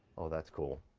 oh, that's cool.